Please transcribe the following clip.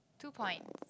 two point